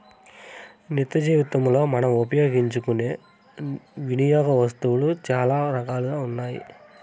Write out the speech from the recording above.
నిత్యజీవనంలో మనం ఉపయోగించుకునే వినియోగ వస్తువులు చాలా రకాలుగా ఉన్నాయి